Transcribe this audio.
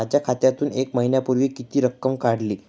माझ्या खात्यातून एक महिन्यापूर्वी किती रक्कम काढली?